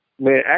Man